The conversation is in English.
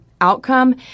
outcome